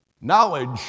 Knowledge